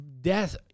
death